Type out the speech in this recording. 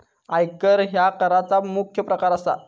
आयकर ह्या कराचा मुख्य प्रकार असा